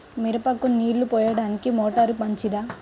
మిరపకు నీళ్ళు పోయడానికి మోటారు మంచిదా?